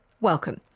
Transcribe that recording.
welcome